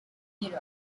europe